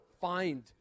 find